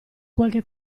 qualche